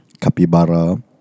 Kapibara